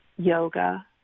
Yoga